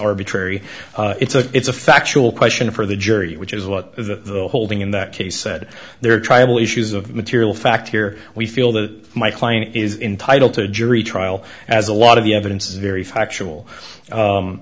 arbitrary it's a it's a factual question for the jury which is what the holding in that case said there are tribal issues of material fact here we feel that my client is entitle to a jury trial as a lot of the evidence is very factual